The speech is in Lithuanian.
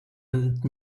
ant